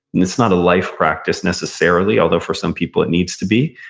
and it's not a life practice, necessarily, although for some people it needs to be.